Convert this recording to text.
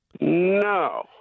No